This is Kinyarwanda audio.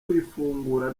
kuyifungura